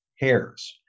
hairs